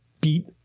beat